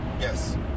Yes